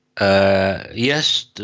Yes